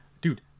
Dude